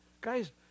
Guys